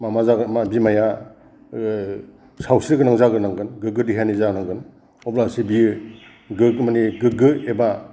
माबा जागोन मा बिमाया सावस्रि गोनां जाग्रोनांगोन गोग्गो देहानि जानांगोन अब्लासो बियो माने गोग्गो एबा